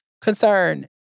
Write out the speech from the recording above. concern